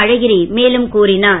அழகிரி மேலும் கூறினார்